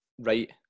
right